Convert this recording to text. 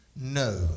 no